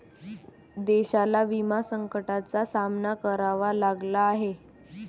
देशाला विमा संकटाचा सामना करावा लागला आहे